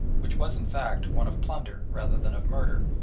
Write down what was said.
which was in fact one of plunder rather than of murder,